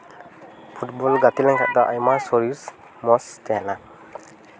football ᱜᱟᱛᱮ ᱞᱮᱱᱠᱷᱟᱱ ᱫᱚ ᱟᱭᱢᱟ ᱥᱚᱨᱤᱨ ᱢᱚᱡᱽ ᱛᱟᱦᱮᱱᱟ